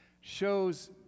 shows